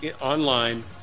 online